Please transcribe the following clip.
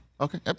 Okay